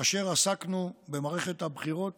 כאשר עסקנו במערכת הבחירות